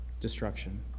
Destruction